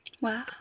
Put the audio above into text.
wow